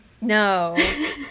No